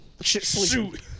Shoot